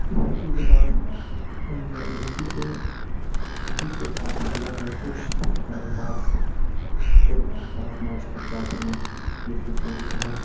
وہاں کی زبان ہندی سے ہندی سے کافی الگ ہے کچھ الفاظ کل الفاظ میچ کر جاتے ہیں جیسے تھوڑی بہت